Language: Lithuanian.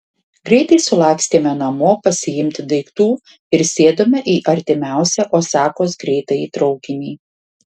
greitai sulakstėme namo pasiimti daiktų ir sėdome į artimiausią osakos greitąjį traukinį